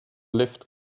lift